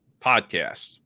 podcast